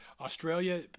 australia